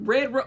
Red